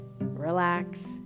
relax